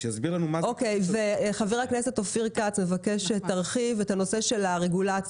שיסביר לנו מה חבר הכנסת אופיר כץ מבקש שתרחיב את הנושא של הרגולציה.